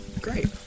Great